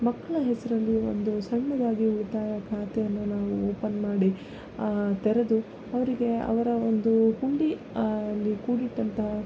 ಮಕ್ಕಳ ಹೆಸರಲ್ಲಿ ಒಂದು ಸಣ್ಣದಾಗಿ ಉಳಿತಾಯ ಖಾತೆಯನ್ನು ನಾವು ಓಪನ್ ಮಾಡಿ ತೆರೆದು ಅವರಿಗೆ ಅವರ ಒಂದು ಹುಂಡಿ ಅಲ್ಲಿ ಕೂಡಿಟ್ಟಂತಹ